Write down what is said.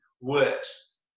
works